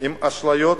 עם אשליות,